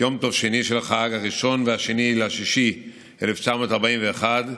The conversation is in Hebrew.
יום טוב שני של החג, 12 ביוני 1941,